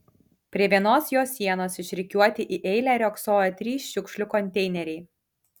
prie vienos jo sienos išrikiuoti į eilę riogsojo trys šiukšlių konteineriai